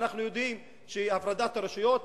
ואנחנו יודעים שהפרדת הרשויות,